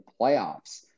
playoffs